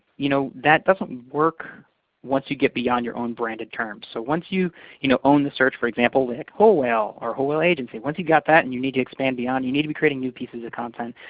you know, that doesn't work once you get beyond your own branded terms. so once you you know own the search, for example whole whale or whole whale agency, once you got that, and you need to expand beyond, you need to be creating new pieces of content.